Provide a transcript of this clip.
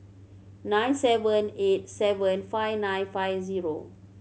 nine seven eight seven five nine five zero